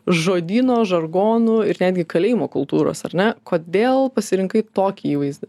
žodyno žargonų ir netgi kalėjimo kultūros ar ne kodėl pasirinkai tokį įvaizdį